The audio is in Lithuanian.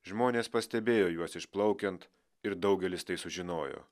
žmonės pastebėjo juos išplaukiant ir daugelis tai sužinojo